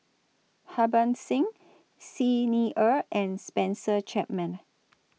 Harbans Singh Xi Ni Er and Spencer Chapman